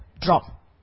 drop